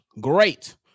Great